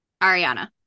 Ariana